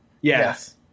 Yes